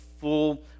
full